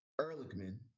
Ehrlichman